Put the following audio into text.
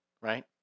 Right